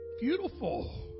beautiful